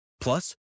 Plus